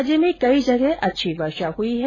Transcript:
राज्य में कई जगह अच्छी वर्षा हुई है